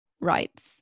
rights